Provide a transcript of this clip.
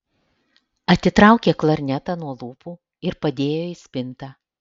atitraukė klarnetą nuo lūpų ir padėjo į spintą